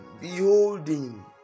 beholding